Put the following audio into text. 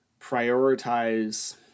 prioritize